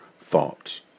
thoughts